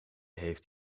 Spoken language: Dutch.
heeft